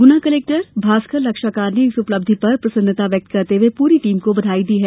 गुना collector Bhaskar Lakshakar ने इस उपल्ब्ध पर प्रसन्नता व्यक्त करते हुए पूरी टीम को बधाई दी है